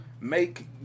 make